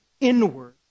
inward